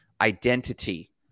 identity